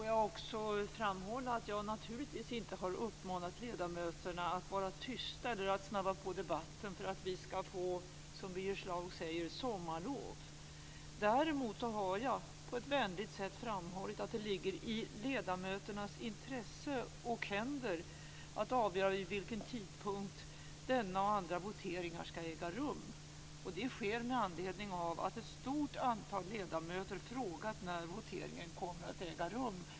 Jag vill framhålla att jag naturligtvis inte har uppmanat ledamöterna att vara tysta eller att snabba på debatten för att vi, som Birger Schlaug säger, skall få sommarlov. Däremot har jag på ett vänligt sätt framhållit att det ligger i ledamöternas intresse och händer att avgöra vid vilken tidpunkt denna och andra voteringar skall äga rum. Det sker med anledning av att ett stort antal ledamöter har frågat när voteringen kommer att äga rum.